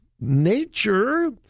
nature